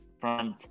front